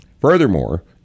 furthermore